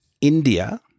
India